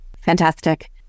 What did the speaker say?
Fantastic